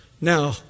Now